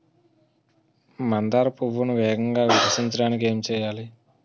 మందార పువ్వును వేగంగా వికసించడానికి ఏం చేయాలి?